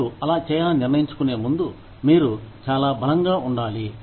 మీరు అలా చేయాలని నిర్ణయించుకునే ముందు మీరు చాలా బలంగా ఉండాలి